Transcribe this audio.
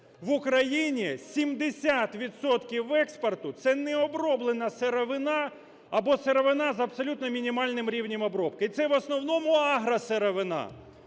в Україні 80 відсотків експорту – це необроблена сировина або сировина з абсолютно мінімальним рівнем обробки, це в основному агросировина.